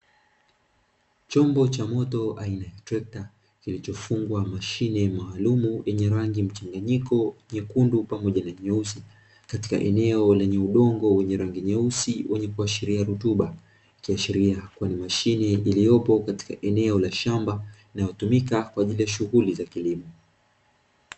Chombo cha moto aina ya trekta kilichofungwa mashine maalumu yenye rangi mchanganyiko nyekundu pamoja na nyeusi katika eneo lenye udongo wenye rangi nyeusi wenye kuashiria rutuba, ikiashiria kwa ni mashine iliyopo katika eneo la shamba na hutumika kwa ajili ya shughuli za kilimo.